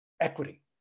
equity